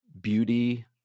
beauty